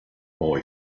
boy